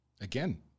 again